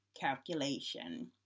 calculation